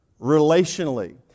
relationally